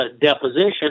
deposition